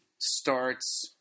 starts –